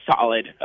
solid